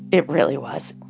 it really was.